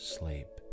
sleep